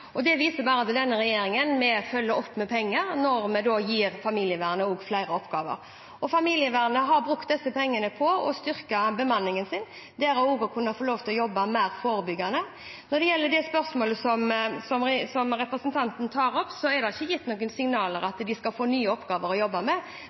Det viser at denne regjeringen følger opp med penger når vi gir familievernet flere oppgaver. Familievernet har brukt disse pengene til å styrke bemanningen sin og til å kunne jobbe mer forebyggende. Når det gjelder det spørsmålet som representanten Bekkevold tar opp, er det ikke gitt noen signaler om at de skal få nye oppgaver å jobbe med,